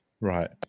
Right